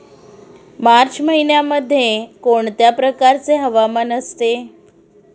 मार्च महिन्यामध्ये कोणत्या प्रकारचे हवामान असते?